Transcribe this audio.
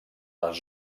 les